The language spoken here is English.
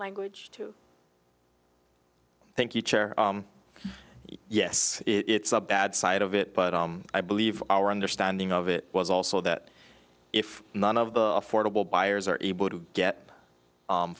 language to thank you chair yes it's a bad side of it but i believe our understanding of it was also that if none of the affordable buyers are able to get